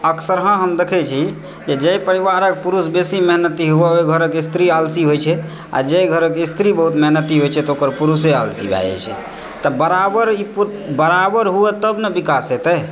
अक्सरहा हम देखै छी जे परिवारक पुरुष बेसी मेहनती होइ छै ओहि घरक स्त्री आलसी होइ छै आ जाहि घरक स्त्री बहुत मेहनती होइत छै तऽ ओकर पुरुषे आलसी भए जाइत छै तऽ बराबर बराबर हुए तब नऽ विकास हेतय